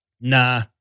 nah